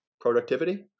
productivity